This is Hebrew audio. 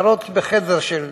שגרות בחדר של